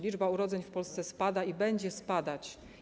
Liczba urodzeń w Polsce spada i będzie spadać.